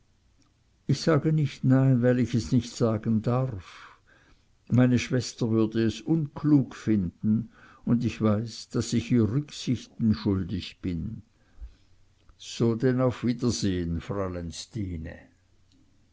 ich sage nicht nein weil ich es nicht sagen darf meine schwester würd es unklug finden und ich weiß daß ich ihr rücksichten schuldig bin so denn auf wiedersehen fräulein stine